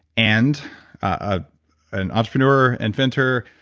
and ah an entrepreneur, inventor,